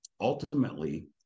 ultimately